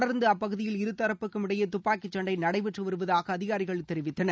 தொடர்ந்து அப்பகுதியில் இருதரப்புக்கும் இடையே துப்பாக்கிச் சண்டை நடைபெற்று வருவதாக அதிகாரிகள் தெரிவித்தனர்